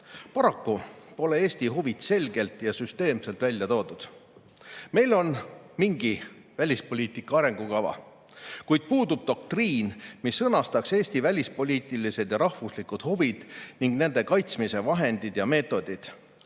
välja. Paraku pole Eesti huve selgelt ja süsteemselt välja toodud. Meil on mingi välispoliitika arengukava, kuid puudub doktriin, mis sõnastaks Eesti välispoliitilised ja rahvuslikud huvid ning nende kaitsmise vahendid ja meetodid.